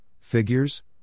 figures